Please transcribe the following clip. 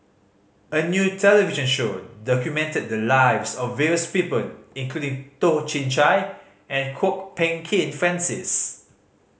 a new television show documented the lives of various people including Toh Chin Chye and Kwok Peng Kin Francis